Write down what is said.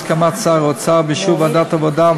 בהסכמת שר האוצר ובאישור ועדת העבודה,